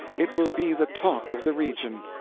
it will be the talk of the region.